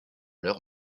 leur